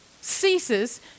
ceases